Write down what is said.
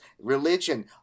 religion